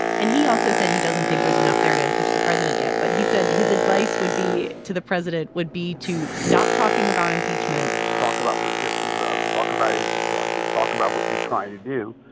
and he also said he doesn't think there's enough there to impeach the president yet, but he said his advice would be to the president would be to stop talking about impeachment talk about prescription drugs. talk about infrastructure. talk about what you're trying to do.